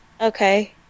Okay